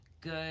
good